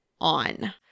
on